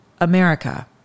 America